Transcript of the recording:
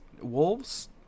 Wolves